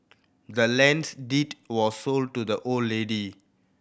the land's deed was sold to the old lady